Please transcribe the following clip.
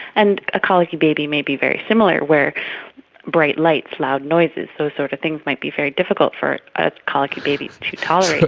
and a colicky baby may be very similar where bright lights, loud noises, those sort of things might be very difficult for a colicky baby to tolerate.